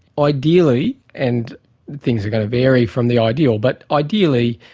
ideally, and things are going to vary from the ideal, but ideally,